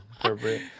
appropriate